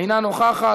אינה נוכחת,